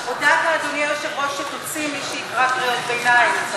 אדוני היושב-ראש הודיע שהוא יוציא את מי שיקרא קריאות ביניים.